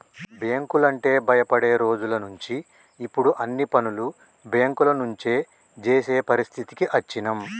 బ్యేంకులంటే భయపడే రోజులనుంచి ఇప్పుడు అన్ని పనులు బ్యేంకుల నుంచే జేసే పరిస్థితికి అచ్చినం